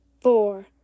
four